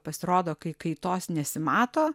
pasirodo kai kaitos nesimato